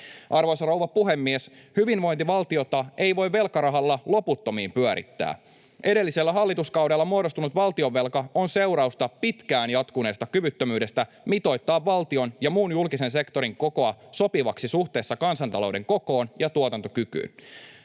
Arvoisa rouva puhemies! Hyvinvointivaltiota ei voi velkarahalla loputtomiin pyörittää. Edellisellä hallituskaudella muodostunut valtionvelka on seurausta pitkään jatkuneesta kyvyttömyydestä mitoittaa valtion ja muun julkisen sektorin kokoa sopivaksi suhteessa kansantalouden kokoon ja tuotantokykyyn.